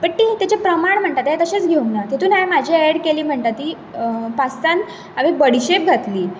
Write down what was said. but तेचे प्रमाण म्हणटा ते हायेन तशेंच घेवना तितून हांवेन म्हाजें एड केलें म्हणटा ती पास्तान हांवेन बडिशेप घातली